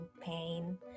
pain